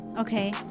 Okay